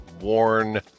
worn